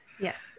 Yes